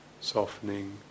softening